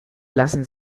lassen